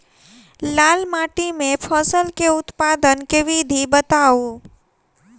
लाल माटि मे फसल केँ उत्पादन केँ विधि बताऊ?